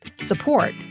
support